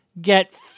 get